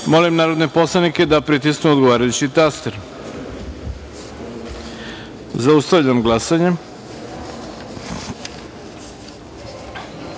narodne poslanike da pritisnu odgovarajući taster. Zaustavljam glasanje: